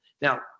Now